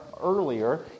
earlier